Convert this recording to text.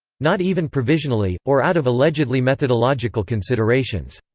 not even provisionally, or out of allegedly methodological considerations.